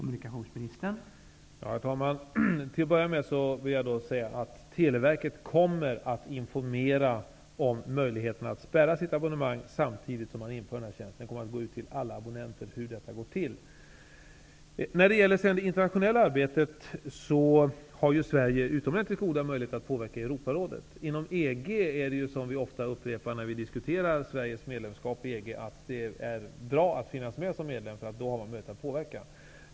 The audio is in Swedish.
Herr talman! Till att börja med vill jag säga att Televerket kommer att informera om möjligheten att spärra sitt abonnemang samtidigt som inför denna tjänst. Man kommer att gå ut till alla abonnenter och tala om hur detta går till. När det sedan gäller det internationella arbetet har Sverige utomordentligt goda möjligheter att påverka Europarådet. Det är bra att finnas med som medlem i EG, vilket vi ofta upprepar när vi diskuterar Sveriges medlemskap i EG, eftersom man då har möjlighet att påverka.